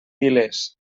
piles